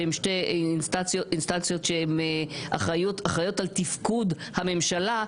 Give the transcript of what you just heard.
שהם שתי אינסטנציות שהן אחראיות על תפקוד הממשלה,